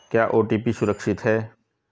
क्या ओ.टी.पी सुरक्षित है?